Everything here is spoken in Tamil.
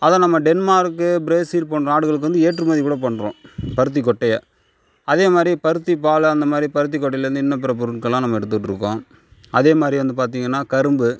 அதை நம்ம டென்மார்க்கு ப்ரேஸில் போன்ற நாடுகளுக்கு வந்து ஏற்றுமதி கூட பண்ணுறோம் பருத்தி கொட்டைய அதேமாதிரி பருத்தி பால் அந்த மாதிரி பருத்தி கொட்டையிலேருந்து இன்னும் பல பொருட்களாம் நம்ம எடுத்துட்டு இருக்கோம் அதேமாதிரி வந்து பார்த்திங்கன்னா கரும்பு